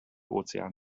ozean